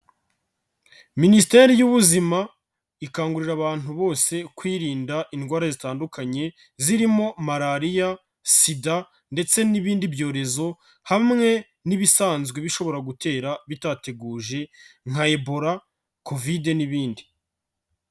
Minisiteri y'Ubuzima, ikangurira abantu bose kwirinda indwara zitandukanye zirimo malariya, SIDA ndetse n'ibindi byorezo hamwe n'ibisanzwe bishobora gutera bitateguje nka Ebola, Covid n'ibindi.